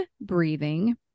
breathing